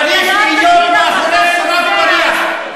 שדינו צריך להיות מאחורי סורג ובריח.